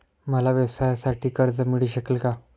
मला व्यवसायासाठी कर्ज मिळू शकेल का?